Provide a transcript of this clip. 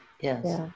yes